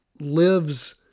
lives